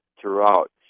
throughout